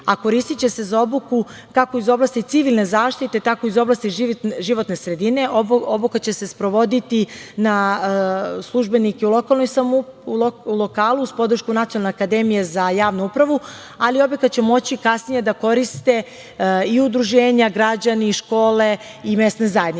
a koristiće se za obuku kako iz oblasti civilne zaštite, tako i iz oblasti životne sredine. Obuka će se sprovoditi za službenike u lokalu uz podršku Nacionalne akademije za javnu upravu, ali obuku će moći kasnije da koriste i udruženja, građani, škole i mesne zajednice. Sve